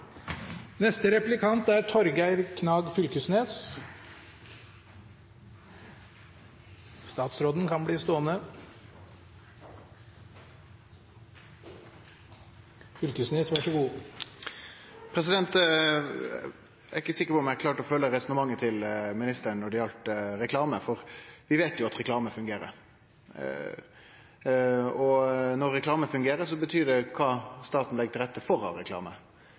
sikker på om eg klarte å følgje resonnementet til ministeren når det gjaldt reklame. Vi veit at reklame fungerer, og når reklame fungerer, betyr det noko kva staten legg til rette for